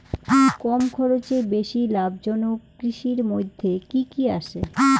কম খরচে বেশি লাভজনক কৃষির মইধ্যে কি কি আসে?